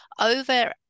over